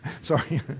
Sorry